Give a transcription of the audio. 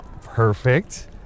Perfect